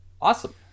Awesome